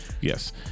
Yes